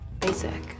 basic